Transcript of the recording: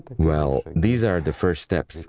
well, these are the first steps.